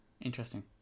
Interesting